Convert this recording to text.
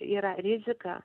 yra rizika